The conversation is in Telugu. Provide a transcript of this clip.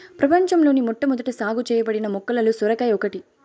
ప్రపంచంలోని మొట్టమొదట సాగు చేయబడిన మొక్కలలో సొరకాయ ఒకటి